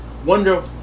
wonder